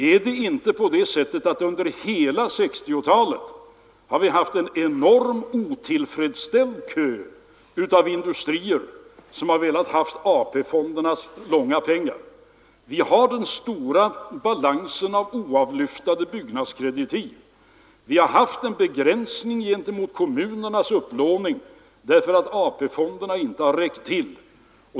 Är det inte på det sättet att under hela 1960-talet har vi haft en enorm, otillfredsställd kö av industrier som har velat ha AP-fondernas långa pengar? Vi har den stora balansen av oavlyftade byggnadskreditiv. Vi har haft en begränsning gentemot kommunernas upplåning därför att AP-fonderna inte har räckt till.